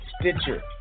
Stitcher